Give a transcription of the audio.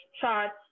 Shots